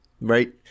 right